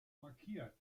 markiert